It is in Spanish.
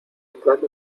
entrar